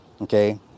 Okay